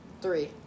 Three